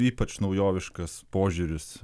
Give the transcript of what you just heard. ypač naujoviškas požiūris